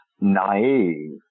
naive